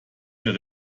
mehr